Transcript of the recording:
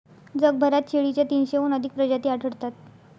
जगभरात शेळीच्या तीनशेहून अधिक प्रजाती आढळतात